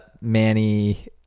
Manny